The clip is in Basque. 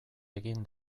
egin